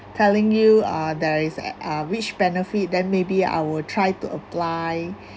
telling you uh there is at uh which benefit then maybe I will try to apply